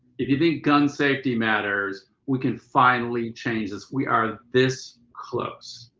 if you think gun safety matters we can finally change this, we are this close.